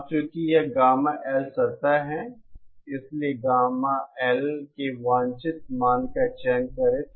अब चूंकि यह गामा L सतह है इसलिए गामा L के वांछित मान का चयन करें